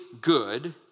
good